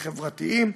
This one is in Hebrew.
חברתיים,